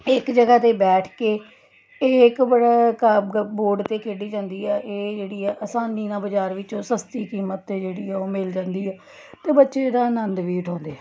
ਇੱਕ ਜਗ੍ਹਾ 'ਤੇ ਬੈਠ ਕੇ ਇਹ ਇੱਕ ਬੋਰਡ 'ਤੇ ਖੇਡੀ ਜਾਂਦੀ ਆ ਇਹ ਜਿਹੜੀ ਹੈ ਆਸਾਨੀ ਨਾਲ ਬਾਜ਼ਾਰ ਵਿੱਚੋਂ ਉਹ ਸਸਤੀ ਕੀਮਤ 'ਤੇ ਜਿਹੜੀ ਹੈ ਉਹ ਮਿਲ ਜਾਂਦੀ ਆ ਅਤੇ ਬੱਚੇ ਇਹਦਾ ਅਨੰਦ ਵੀ ਉਠਾਉਂਦੇ ਆ